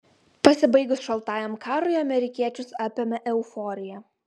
pasibaigus šaltajam karui amerikiečius apėmė euforija